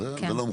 זה לא מקובל.